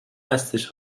هستش